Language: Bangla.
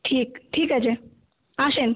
ঠিক ঠিক আছে আসুন